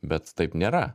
bet taip nėra